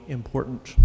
important